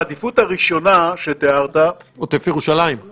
בעדיפות הראשונה תיארת --- עוטף ירושלים ודרום הר חברון.